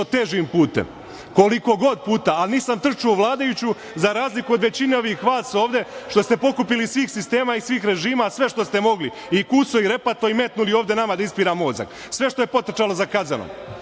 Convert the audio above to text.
težim putem, koliko god puta, a nisam trčao u vladajuću, za razliku od većine vas ovde što ste pokupili iz svih sistema i svih režima sve što ste mogli, i kuso i repato i metnuli ovde nama da ispira mozak, sve što je potrčalo za kazanom.